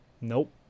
Nope